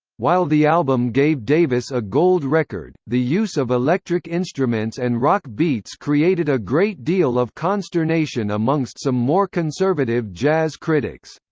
while the album gave davis a gold record, the use of electric instruments and rock beats created a great deal of consternation amongst some more conservative jazz critics.